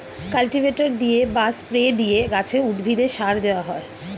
cultivator দিয়ে বা spray দিয়ে গাছে, উদ্ভিদে সার দেওয়া হয়